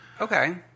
okay